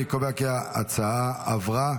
אני קובע כי ההצעה עברה.